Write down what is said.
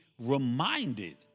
reminded